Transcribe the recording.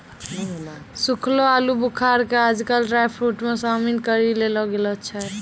सूखलो आलूबुखारा कॅ आजकल ड्रायफ्रुट मॅ शामिल करी लेलो गेलो छै